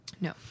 no